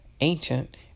ancient